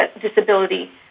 disability